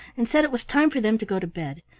and said it was time for them to go to bed.